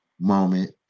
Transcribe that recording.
moment